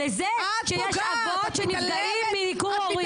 לזה שיש אבות שנפגעים מניכור הורי.